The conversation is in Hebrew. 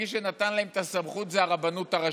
מי שנתן להם את הסמכות זה הרבנות הראשית.